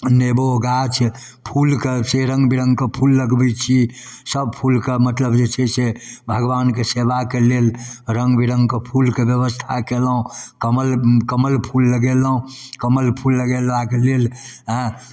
नेबो गाछ फूलके से रङ्गबिरङ्गके फूल लगबै छी सब फूलके मतलब जे छै से भगवानके सेवाके लेल रङ्गबिरङ्गके फूलके बेबस्था कएलहुँ कमल कमल फूल लगेलहुँ कमल फूल लगेलाके लेल